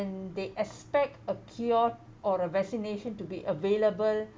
~d they expect a cure or a vaccination to be available